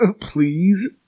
please